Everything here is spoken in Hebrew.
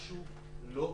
משהו לא תקין,